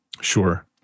Sure